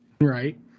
right